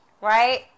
Right